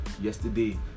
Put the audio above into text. yesterday